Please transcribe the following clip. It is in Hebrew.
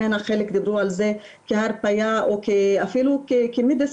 חלק דיברו על זה כהרפיה או אפילו כתרופה,